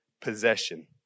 possession